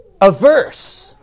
averse